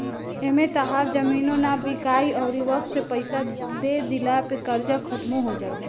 एमें तहार जमीनो ना बिकाइ अउरी वक्त से पइसा दे दिला पे कर्जा खात्मो हो जाई